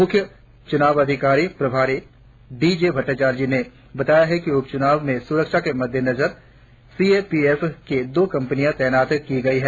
मुख्य चुनाव अधिकारी प्रभारी डी जे भट़टाचार्जी ने बताया की उप चुनाव में सुरक्षा के मद्देनजर सी ए पी एफ के दो कंपनियां तैनात की गई है